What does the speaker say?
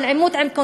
של עימות עם,